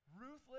ruthless